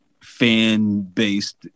fan-based